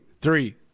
three